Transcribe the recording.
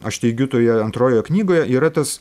aš teigiu toje antrojoje knygoje yra tas